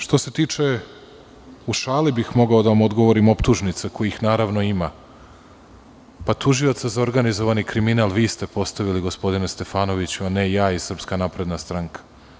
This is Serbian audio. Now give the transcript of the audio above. Što se tiče, u šali bih mogao da vam odgovorim, optužnice, kojih naravno ima, tužioca za organizovani kriminal vi ste postavili, gospodine Stefanoviću, a ne ja i SNS.